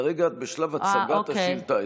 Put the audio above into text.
כרגע את בשלב הצגת השאילתה.